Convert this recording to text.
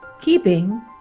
keeping